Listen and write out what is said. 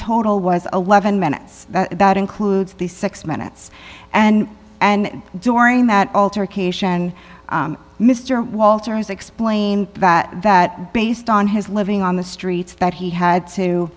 total was eleven minutes that includes the six minutes and and during that alter cation mr walters explained that based on his living on the streets that he had to